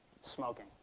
smoking